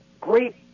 Great